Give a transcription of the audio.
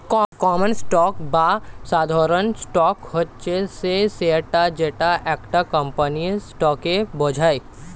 common stock বা সাধারণ stock হচ্ছে সেই শেয়ারটা যেটা একটা কোম্পানির স্টককে বোঝায়